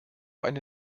eine